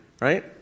right